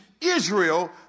Israel